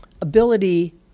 ability